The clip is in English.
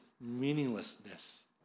meaninglessness